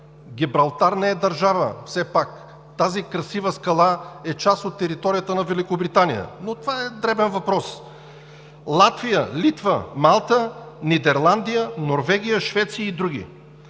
Гибралтар все пак не е държава, тази красива скала е част от територията на Великобритания, но това е дребен въпрос – Латвия, Литва, Малта, Нидерландия, Норвегия, Швеция и други.